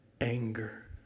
anger